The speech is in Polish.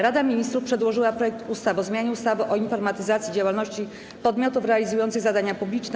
Rada Ministrów przedłożyła projekty ustaw: - o zmianie ustawy o informatyzacji działalności podmiotów realizujących zadania publiczne,